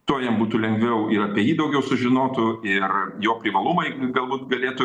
tuo jam būtų lengviau ir apie jį daugiau sužinotų ir jo privalumai galbūt galėtų